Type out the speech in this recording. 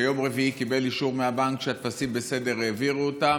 ביום רביעי הוא קיבל אישור מהבנק שהטפסים בסדר והעבירו אותם.